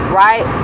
right